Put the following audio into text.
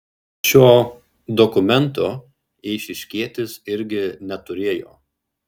šio dokumento eišiškietis irgi neturėjo